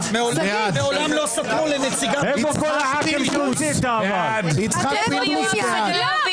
שמלמדים על המורכבות של הנושא של ביטול עילת הסבירות.